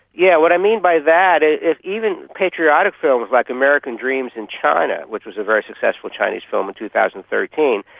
yeah what i mean by that is even patriotic films like american dreams in china, which was a very successful chinese film in two thousand and thirteen,